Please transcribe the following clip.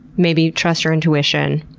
maybe trust your intuition,